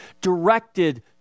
directed